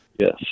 yes